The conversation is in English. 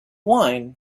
wine